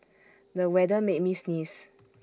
the weather made me sneeze